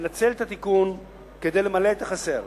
לנצל את התיקון כדי למלא את החסר.